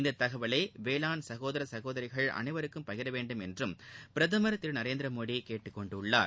இந்த தகவலை வேளாண் சகோதர சகோதரிகள் அனைவருக்கும் பகிர வேண்டும் என்றும் பிரதமர் திரு நரேந்திர மோடி கேட்டுக்கொண்டுள்ளார்